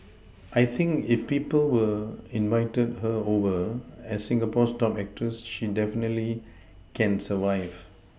I think if people will invited her over as Singapore's top actress she definitely can survive